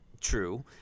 True